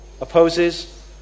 Opposes